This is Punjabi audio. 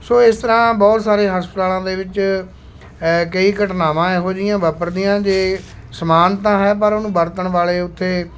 ਸੋ ਇਸ ਤਰ੍ਹਾਂ ਬਹੁਤ ਸਾਰੇ ਹਸਪਤਾਲਾਂ ਦੇ ਵਿੱਚ ਕਈ ਘਟਨਾਵਾਂ ਇਹੋ ਜਿਹੀਆਂ ਵਾਪਰਦੀਆਂ ਜੇ ਸਮਾਨ ਤਾਂ ਹੈ ਪਰ ਉਹਨੂੰ ਵਰਤਣ ਵਾਲੇ ਉੱਥੇ